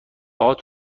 هات